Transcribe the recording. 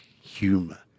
humor